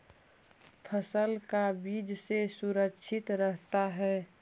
फसल का चीज से सुरक्षित रहता है?